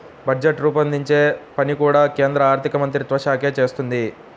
budget రూపొందించే పని కూడా కేంద్ర ఆర్ధికమంత్రిత్వ శాఖే చేస్తుంది